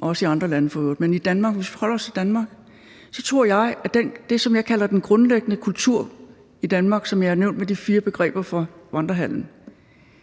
også i andre lande for øvrigt. Men hvis vi holder os til Danmark, tror jeg, at det, som jeg kalder den grundlæggende kultur i Danmark, og som jeg har nævnt med de fire begreber fra Vandrehallen,